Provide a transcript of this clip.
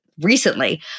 recently